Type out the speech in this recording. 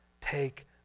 Take